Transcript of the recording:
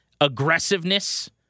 Aggressiveness